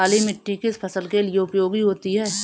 काली मिट्टी किस फसल के लिए उपयोगी होती है?